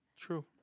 true